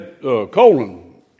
colon